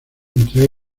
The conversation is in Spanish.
entre